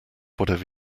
whatever